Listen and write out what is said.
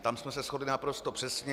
Tam jsme se shodli naprosto přesně.